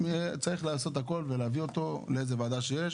צריך לעשות הכול ולהביא אותו לאיזו ועדה שיש,